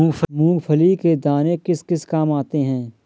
मूंगफली के दाने किस किस काम आते हैं?